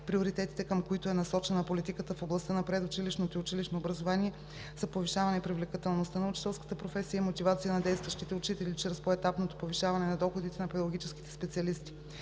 Приоритетите, към които е насочена политиката в областта на предучилищното и училищното образование, са: повишаване привлекателността на учителската професия и мотивацията на действащите учители чрез поетапното повишаване на доходите на педагогическите специалисти;